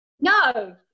No